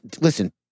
Listen